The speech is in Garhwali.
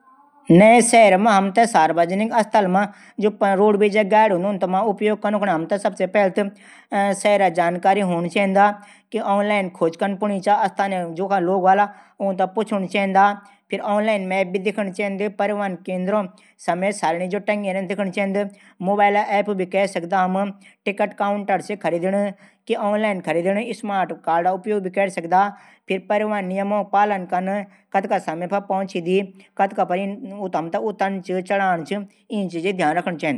नै शहर मा सार्वजनिक स्थल मा उपयोग कनू कुने हमथे शहर की जानकारी हूणी चैदा। आनलाइन खोच कनी चैंदा जू वखा लोग हुवाला ऊ थै पुछण चैदा। आनलाइन मैप भी दिखण चैद। फिर रोजवेज परिवहन औफिस मा समय सारणी दिखण चैंद। आनलाइन भी सब देख सकदा। पूरी डिटेल्स जानकारी बाद ही। बुक कै सकदा ।